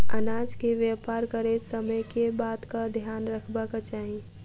अनाज केँ व्यापार करैत समय केँ बातक ध्यान रखबाक चाहि?